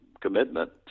commitment